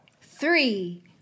three